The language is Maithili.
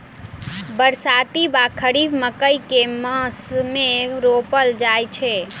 बरसाती वा खरीफ मकई केँ मास मे रोपल जाय छैय?